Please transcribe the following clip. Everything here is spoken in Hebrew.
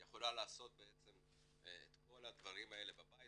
היא יכולה לעשות את כל הדברים האלה בבית,